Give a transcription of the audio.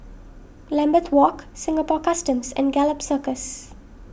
Lambeth Walk Singapore Customs and Gallop Circus